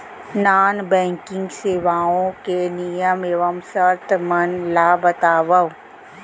non banking सेवाओं के नियम एवं शर्त मन ला बतावव